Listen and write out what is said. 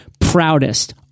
proudest